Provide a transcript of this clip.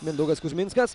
mindaugas kuzminskas